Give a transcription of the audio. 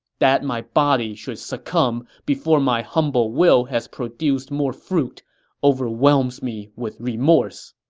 that my body should succumb before my humble will has produced more fruit overwhelms me with remorse.